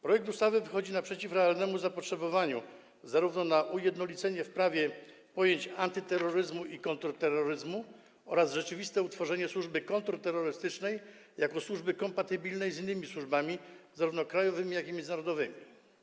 Projekt ustawy wychodzi naprzeciw realnemu zapotrzebowaniu na ujednolicenie w prawie pojęć antyterroryzmu i kontrterroryzmu oraz rzeczywiste utworzenie służby kontrterrorystycznej jako służby kompatybilnej z innymi służbami, zarówno krajowymi, jak i międzynarodowymi.